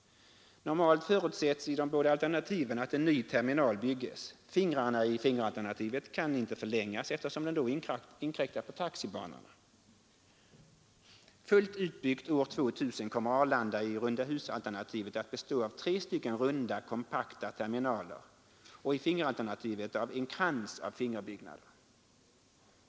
Normalt förutsätts i båda alternativen att en ny terminal byggs. Fingrarna i fingeralternativet kan inte förlängas eftersom de då inkräktar på taxibanorna. Fullt utbyggt år 2000 kommer Arlanda i rundahusalternativet att bestå av tre runda kompakta terminaler och i fingeralternativet av en krans av fingerbyggnader.